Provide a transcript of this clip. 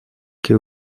que